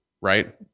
right